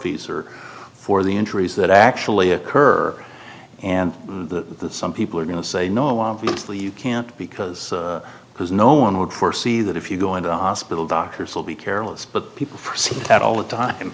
torpedoes or for the injuries that actually occur and the some people are going to say no obviously you can't because because no one would foresee that if you go into the hospital doctors will be careless but people see that all the time